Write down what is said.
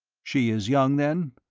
she is young, then?